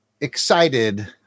excited